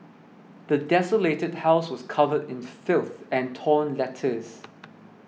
the desolated house was covered in filth and torn letters